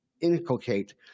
inculcate